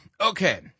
Okay